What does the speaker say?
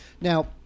Now